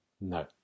No